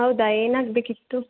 ಹೌದಾ ಏನಾಗಬೇಕಿತ್ತು